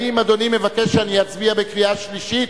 האם אדוני מבקש שאני אצביע בקריאה שלישית,